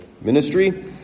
ministry